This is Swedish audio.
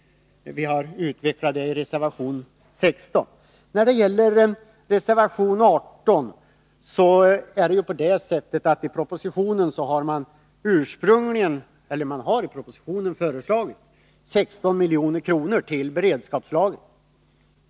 Vi utvecklar detta i reservation 16. Sedan till reservation 18. I propositionen förslås 16 milj.kr. till beredskapslagringen.